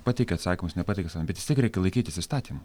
pateikia atsakymus nepatikia atsakymų bet vis tiek reikia laikytis įstatymų